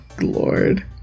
Lord